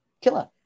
Killer